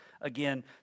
Again